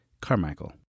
Carmichael